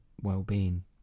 well-being